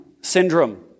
syndrome